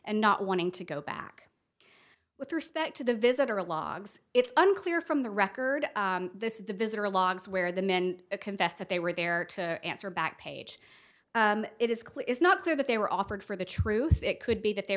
and not wanting to go back with respect to the visitor logs it's unclear from the record this is the visitor logs where the men confessed that they were there to answer back page it is clear it's not clear that they were offered for the truth it could be that they